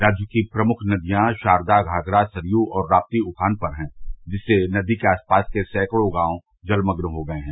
राज्य की प्रमुख नदियां शारदा घाघरा सरयू और राप्ती उफान पर है जिससे नदी के आसपास के सैकड़ों गांव जलमग्न हो गये हैं